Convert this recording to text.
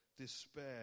despair